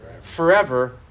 forever